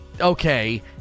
okay